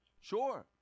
sure